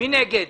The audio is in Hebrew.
מי נגד?